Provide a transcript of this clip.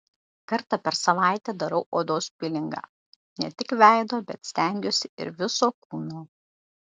kartą per savaitę darau odos pilingą ne tik veido bet stengiuosi ir viso kūno